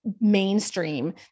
mainstream